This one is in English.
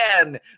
again